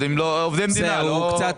הקושי